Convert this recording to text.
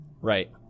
Right